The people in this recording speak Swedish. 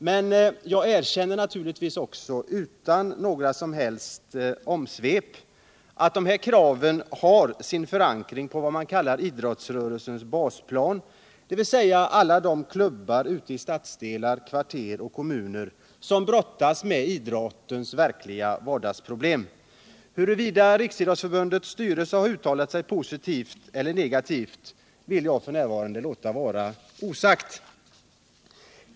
Men naturligtvis erkänner jag också utan omsvep att dessa krav har sin förankring i vad man kan kalla idrottsrörelsens basplan, dvs. alla de klubbar ute i stadsdelar, kvarter och kommuner som brottas med idrottens verkliga vardagsproblem. Huruvida Riksidrottsförbundets styrelse har uttalat sig positivt eller negativt låter jag här vara osagt.